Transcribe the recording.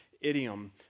idiom